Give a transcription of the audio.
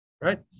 right